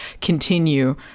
continue